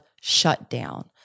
shutdown